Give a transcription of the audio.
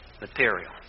material